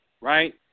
Right